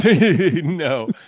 No